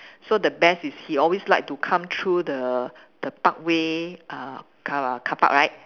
so the best he always like to come through the the parkway uh car car park right